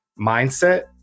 mindset